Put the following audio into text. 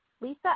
Lisa